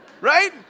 right